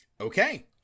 Okay